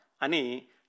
ani